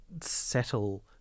settle